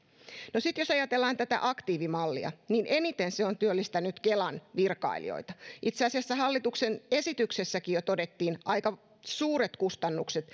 jos ajatellaan tätä aktiivimallia niin eniten se on työllistänyt kelan virkailijoita itse asiassa hallituksen esityksessäkin jo todettiin aika suuret kustannukset